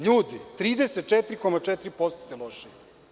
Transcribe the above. Ljudi, 34,4% ste lošiji.